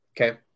Okay